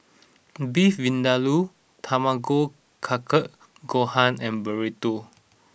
Beef Vindaloo Tamago Kake Gohan and Burrito